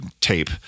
tape